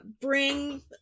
bring